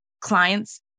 clients